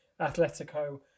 Atletico